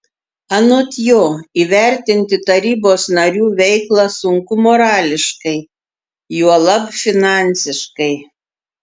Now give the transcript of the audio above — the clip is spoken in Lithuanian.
anot jo įvertinti tarybos narių veiklą sunku morališkai juolab finansiškai